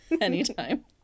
anytime